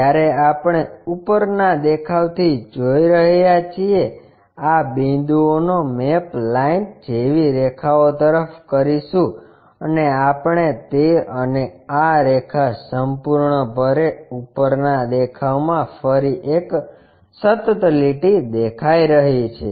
જ્યારે આપણે ઉપરના દેખાવથી જોઈ રહ્યા છીએ આ બિંદુઓનો મેપ લાઈન જેવી રેખાઓ તરફ કરીશું અને આપણે તે અને આ રેખા સંપૂર્ણપણે ઉપરના દેખાવમાં ફરી એક સતત લીટી દેખાય રહી છે